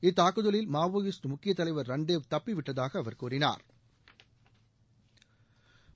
இத்தாக்குதலில் மாவோயிஸ்ட் முக்கியத் தலைவர் ரன்தேவ் தப்பிவிட்டதாக அவர் கூறினாா்